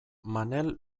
manel